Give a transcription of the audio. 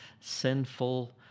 sinful